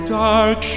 dark